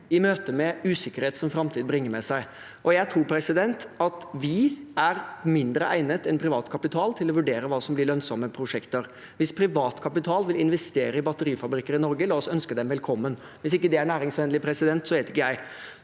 i møtet med usikkerhet som framtiden bringer med seg, og jeg tror at vi er mindre egnet enn privat kapital til å vurdere hva som blir lønnsomme prosjekter. Hvis privat kapital vil investere i batterifabrikker i Norge, la oss ønske dem velkommen. Hvis ikke det er næringsvennlig, vet ikke jeg.